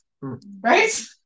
Right